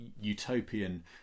utopian